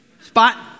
spot